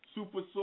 Super